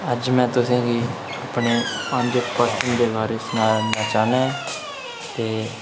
अज्ज में तुसें'गी अपनी पंज परती दे बारे च सनाना चाह्नां ते